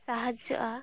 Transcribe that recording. ᱥᱟᱦᱟᱡᱽᱡᱚᱼᱟ